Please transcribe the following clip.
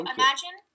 imagine